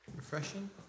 Refreshing